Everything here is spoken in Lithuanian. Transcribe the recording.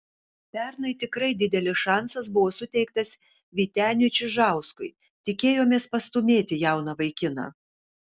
pernai tikrai didelis šansas buvo suteiktas vyteniui čižauskui tikėjomės pastūmėti jauną vaikiną